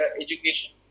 education